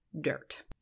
dirt